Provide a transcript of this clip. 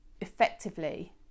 effectively